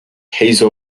hazel